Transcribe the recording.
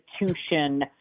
institution